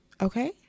Okay